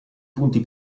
punti